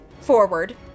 forward